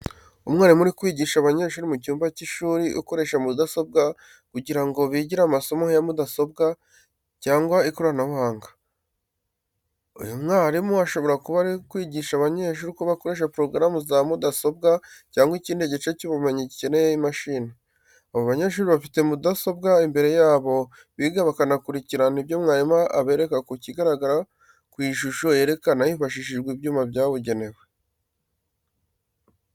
Umwarimu uri kwigisha abanyeshuri mu cyumba cy'ishuri ukoresha mudasobwa kugira ngo bigire amasomo ya mudasobwa cyangwa ikoranabuhanga. Uyu mwarimu ashobora kuba ari kwigisha abanyeshuri uko bakoresha porogaramu za mudasobwa cyangwa ikindi gice cy’ubumenyi gikeneye imashini. Abo banyeshuri bafite mudasobwa imbere yabo, biga bakanakurikirana ibyo mwarimu abereka ku kigaragara ku ishusho yerekana hifashishijwe ibyuma byabugenewe.